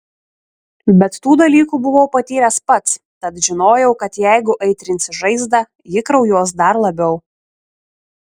bet tų dalykų buvau patyręs pats tad žinojau kad jeigu aitrinsi žaizdą ji kraujuos dar labiau